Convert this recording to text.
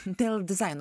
dėl dizaino